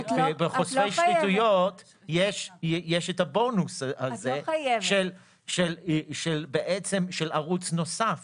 בחושפי שחיתויות יש את הבונוס הזה של ערוץ נוסף